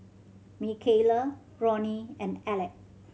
Mikaila Ronnie and Aleck